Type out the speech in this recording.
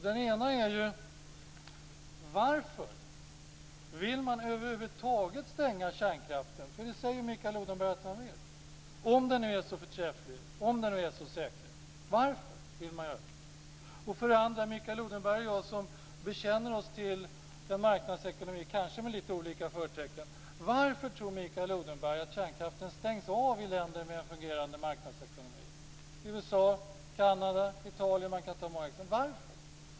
Den ena är: Varför vill man över huvud taget stänga kärnkraften - för det säger ju Mikael Odenberg att han vill - om den nu är så förträfflig och säker? Varför vill man göra det? Sedan bekänner sig ju både Mikael Odenberg och jag till marknadsekonomin, om än kanske med litet olika förtecken, så den andra frågan blir: Varför tror Mikael Odenberg att kärnkraften stängs av i länder med en fungerande marknadsekonomi - USA, Kanada, Italien m.fl. exempel?